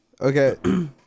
Okay